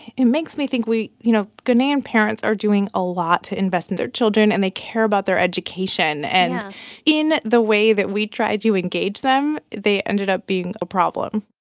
it makes me think we you know, ghanaian parents are doing a lot to invest in their children, and they care about their education. and in the way that we tried to engage them, they ended up being a problem